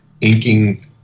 inking